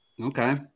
Okay